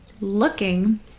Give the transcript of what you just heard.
looking